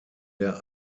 der